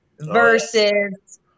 versus